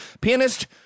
pianist